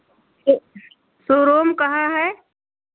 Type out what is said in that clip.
तो showroom कहाँ है